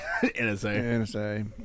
NSA